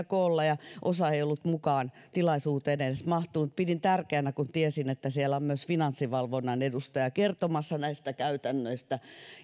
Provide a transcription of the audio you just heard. koolla ja osa ei ollut mukaan tilaisuuteen edes mahtunut kun tiesin että siellä on myös finanssivalvonnan edustaja kertomassa näistä käytännöistä